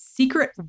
Secret